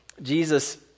Jesus